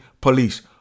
police